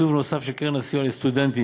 לתקצוב נוסף של קרן הסיוע לסטודנטים,